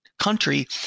Country